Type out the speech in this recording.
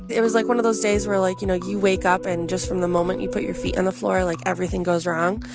it was like one of those days were like, you know, you wake up and just from the moment you put your feet on the floor, like, everything goes wrong.